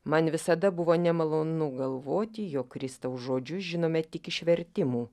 man visada buvo nemalonu galvoti jog kristaus žodžius žinome tik iš vertimų